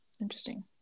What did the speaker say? Interesting